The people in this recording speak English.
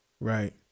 Right